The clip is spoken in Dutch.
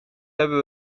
hebben